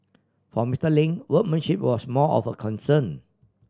for Mister Lin workmanship was more of a concern